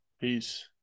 Peace